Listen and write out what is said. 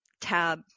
Tab